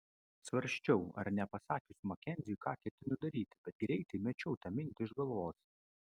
svarsčiau ar nepasakius makenziui ką ketinu daryti bet greitai mečiau tą mintį iš galvos